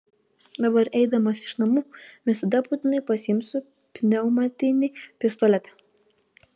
dabar eidamas iš namų visada būtinai pasiimsiu pneumatinį pistoletą